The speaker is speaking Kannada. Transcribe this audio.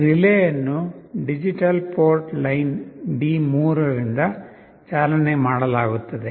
ರಿಲೇ ಅನ್ನು ಡಿಜಿಟಲ್ ಪೋರ್ಟ್ ಲೈನ್ D3 ರಿಂದ ಚಾಲನೆ ಮಾಡಲಾಗುತ್ತದೆ